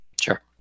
Sure